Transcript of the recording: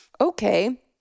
okay